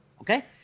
Okay